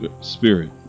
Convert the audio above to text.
spirit